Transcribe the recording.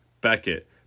Beckett